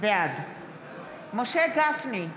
בעד משה גפני,